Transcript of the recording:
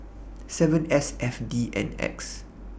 seven S F D N X